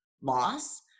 loss